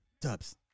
Dubs